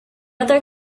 other